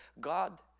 God